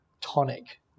tonic